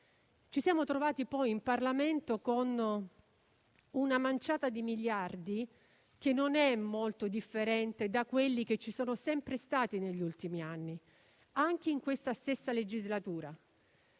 Ci siamo trovati poi in Parlamento con una manciata di miliardi, non molto differente da quelli che ci sono sempre stati negli ultimi anni, anche in questa stessa legislatura.